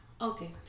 Okay